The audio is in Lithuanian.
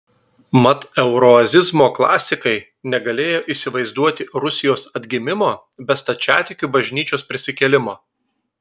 mat euroazizmo klasikai negalėjo įsivaizduoti rusijos atgimimo be stačiatikių bažnyčios prisikėlimo